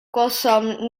gwelsom